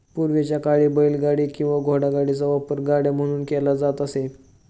पूर्वीच्या काळी बैलगाडी किंवा घोडागाडीचा वापर गाड्या म्हणून केला जात असे